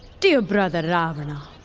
dear brother ravana,